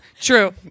True